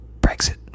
Brexit